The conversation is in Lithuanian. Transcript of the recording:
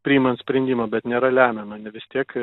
priimant sprendimą bet nėra lemiama na vis tiek